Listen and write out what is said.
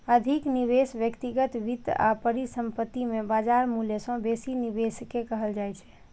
अधिक निवेश व्यक्तिगत वित्त आ परिसंपत्ति मे बाजार मूल्य सं बेसी निवेश कें कहल जाइ छै